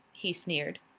he sneered.